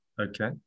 Okay